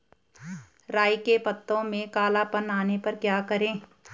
राई के पत्तों में काला पन आने पर क्या करें?